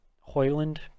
Hoyland